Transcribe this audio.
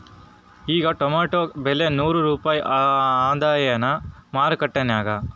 ಈಗಾ ಟೊಮೇಟೊ ಬೆಲೆ ನೂರು ರೂಪಾಯಿ ಅದಾಯೇನ ಮಾರಕೆಟನ್ಯಾಗ?